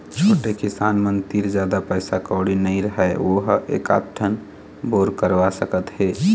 छोटे किसान मन तीर जादा पइसा कउड़ी नइ रहय वो ह एकात ठन बोर करवा सकत हे